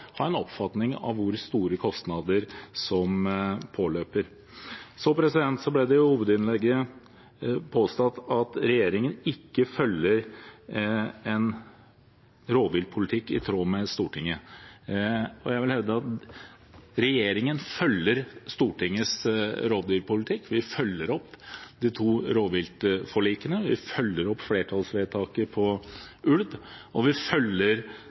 ha en oppfatning av hvor store kostnadene som påløper, er. Det ble i hovedinnlegget påstått at regjeringen ikke følger en rovviltpolitikk i tråd med Stortingets. Jeg vil hevde at regjeringen følger Stortingets rovdyrpolitikk: Vi følger opp de to rovviltforlikene, vi følger opp flertallsvedtaket om ulv, og vi følger